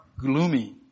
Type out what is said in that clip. gloomy